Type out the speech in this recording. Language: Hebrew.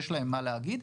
יש להם מה להגיד.